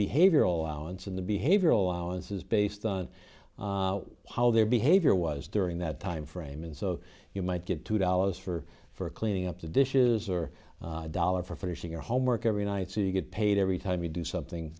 behavioral alanson the behavioral allowances based on how their behavior was during that timeframe and so you might get two dollars for for cleaning up the dishes or a dollar for finishing your homework every night so you get paid every time you do something